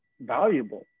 valuable